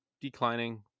declining